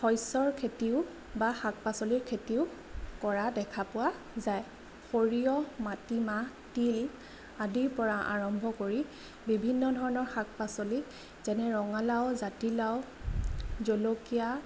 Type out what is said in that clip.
শস্য়ৰ খেতিও বা শাক পাচলিৰ খেতিও কৰা দেখা পোৱা যায় সৰিয়হ মাটি মাহ তিল আদিৰ পৰা আৰম্ভ কৰি বিভিন্ন ধৰণৰ শাক পাচলি যেনে ৰঙালাও জাতিলাও জলকীয়া